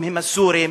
אם הסורים,